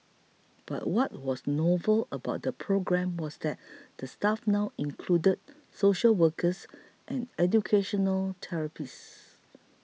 but what was novel about the programme was that the staff now included social workers and educational therapists